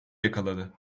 yakaladı